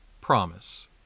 promise